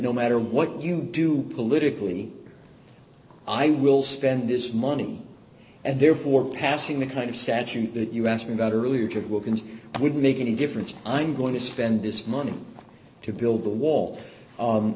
no matter what you do politically i will spend this money and therefore passing the kind of statute that you asked me about earlier to wilkens would make any difference i'm going to spend this money to build the wall